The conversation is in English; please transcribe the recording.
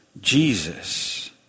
Jesus